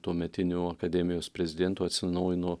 tuometiniu akademijos prezidentu atsinaujino